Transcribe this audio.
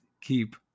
keep